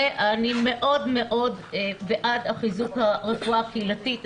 אני מאוד מאוד חיזוק הרפואה הקהילתית.